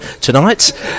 tonight